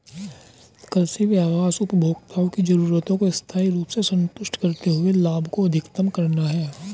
कृषि व्यवसाय उपभोक्ताओं की जरूरतों को स्थायी रूप से संतुष्ट करते हुए लाभ को अधिकतम करना है